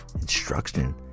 instruction